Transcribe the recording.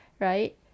right